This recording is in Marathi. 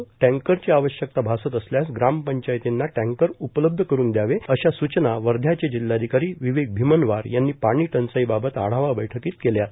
ज्या ठिकाणी टँकरची आवश्यकता भासत असल्यास ग्रामपंचायतींना टँकर उपलब्ध करुन दयावे अशा स्चना जिल्हाधिकारी विवेक भिमनवार यांनी पाणी टंचाईबाबत आढावा बैठकित केल्यात